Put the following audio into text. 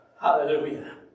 Hallelujah